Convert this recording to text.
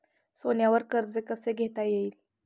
सोन्यावर कर्ज कसे घेता येईल?